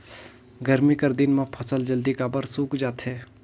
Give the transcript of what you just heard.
गरमी कर दिन म फसल जल्दी काबर सूख जाथे?